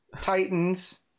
Titans